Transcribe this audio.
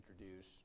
introduce